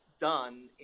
done